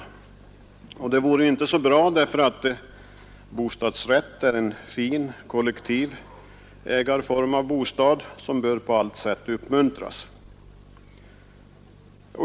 Det vore inte så bra, eftersom bostadsrätt är en fin kollektiv ägarform som på allt sätt bör uppmuntras.